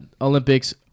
Olympics